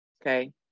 okay